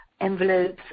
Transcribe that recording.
envelopes